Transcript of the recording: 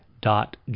dot